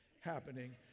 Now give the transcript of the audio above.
happening